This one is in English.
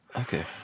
Okay